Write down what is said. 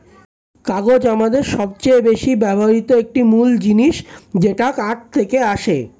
কাগজ আমাদের সবচেয়ে বেশি ব্যবহৃত একটি মূল জিনিস যেটা কাঠ থেকে আসে